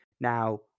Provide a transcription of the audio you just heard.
Now